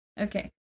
Okay